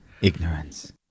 Ignorance